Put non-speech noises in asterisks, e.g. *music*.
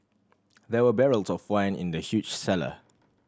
*noise* there were barrels of wine in the huge cellar